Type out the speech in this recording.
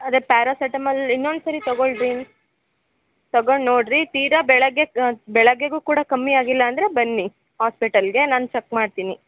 ಅದೇ ಪ್ಯಾರಾಸೆಟಮಲ್ ಇನ್ನೊಂದು ಸರಿ ತಗೊಳ್ರಿ ತಗೊಂಡು ನೋಡಿರಿ ತೀರಾ ಬೆಳಗ್ಗೆ ಬೆಳಗ್ಗೆಗೂ ಕೂಡ ಕಮ್ಮಿ ಆಗಿಲ್ಲಂದರೆ ಬನ್ನಿ ಹಾಸ್ಪಿಟಲ್ಗೆ ನಾನು ಚೆಕ್ ಮಾಡ್ತೀನಿ